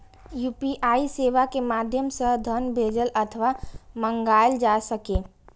UPI सेवा के माध्यम सं धन भेजल अथवा मंगाएल जा सकैए